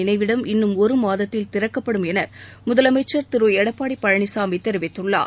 நினைவிடம் இன்னும் ஒருமாதத்தில் திறக்கப்படும் என முதலமைச்சர் திரு எடப்பாடி பழனிசாமி தெரிவித்குள்ளார்